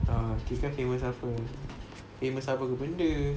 ah different famous apa famous apa ke benda